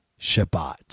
Shabbat